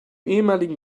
ehemaligen